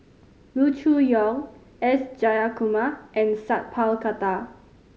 Loo Choon Yong S Jayakumar and Sat Pal Khattar